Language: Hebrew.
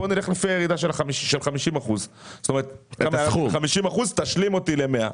בוא נלך לפי הירידה של 50 אחוזים ותשלים אותי ל-100 אחוזים,